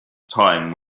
time